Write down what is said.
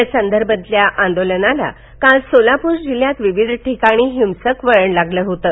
यासंदर्भातील आंदोलनाला काल सोलापूर जिल्ह्यात विविध ठिकाणी हिंसक वळण लागलं होतं